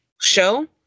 show